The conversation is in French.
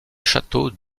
château